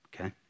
okay